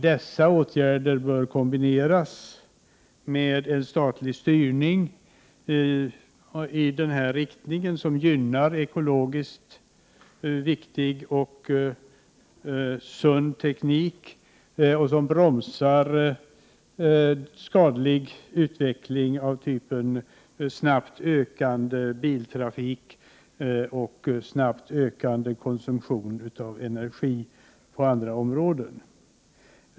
Dessa åtgärder bör kombineras med en statlig styrning i en riktning som gynnar ekologiskt viktig och sund teknik och som bromsar skadlig utveckling av typen snabbt ökande biltrafik och snabbt ökande konsumtion av energi på andra områden.